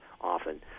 often